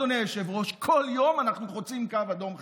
אדוני היושב-ראש: כל יום אנחנו חוצים קו אדום חדש.